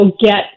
get